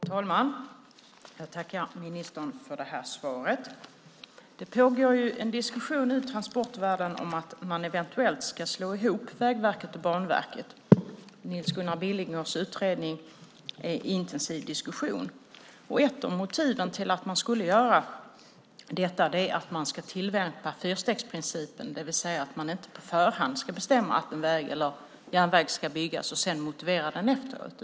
Herr talman! Jag tackar ministern för svaret. Det pågår en diskussion i transportvärlden om att man eventuellt ska slå ihop Vägverket och Banverket. Nils Gunnar Billingers utredning diskuteras intensivt. Ett av motiven till det är att man ska tillämpa fyrstegsprincipen, det vill säga att man inte på förhand ska bestämma att en väg eller järnväg ska byggas och sedan motivera den efteråt.